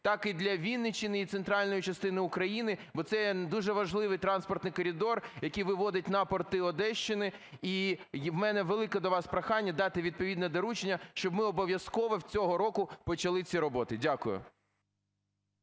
так і для Вінниччини, і центральної частини України, бо це є дуже важливий транспортний коридор, який виводить на порти Одещини. І в мене велике до вас прохання дати відповідне доручення, щоб ми обов'язково цього року почали ці роботи. Дякую.